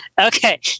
Okay